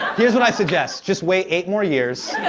here's what i suggest. just wait eight more years